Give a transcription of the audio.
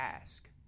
ask